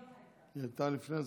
היא הייתה לפני זה.